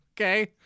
Okay